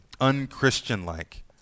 unchristian-like